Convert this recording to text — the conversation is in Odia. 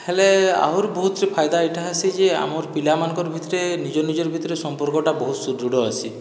ହେଲେ ଆହୁର ବହୁତଟି ଫାଇଦା ଏହିଟା ହେସି ଯେ ଆମର୍ ପିଲାମାନଙ୍କର ଭିତେରେ ନିଜ ନିଜର୍ ଭିତରେ ସମ୍ପର୍କଟା ବହୁତ ସୁଦୃଢ଼ ହେସି